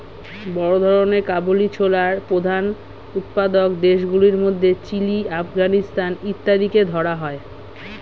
বড় ধরনের কাবুলি ছোলার প্রধান উৎপাদক দেশগুলির মধ্যে চিলি, আফগানিস্তান ইত্যাদিকে ধরা হয়